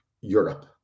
Europe